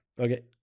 Okay